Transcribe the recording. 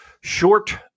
short